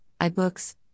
iBooks